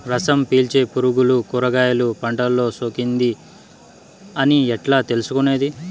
రసం పీల్చే పులుగులు కూరగాయలు పంటలో సోకింది అని ఎట్లా తెలుసుకునేది?